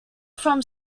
from